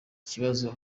kibazo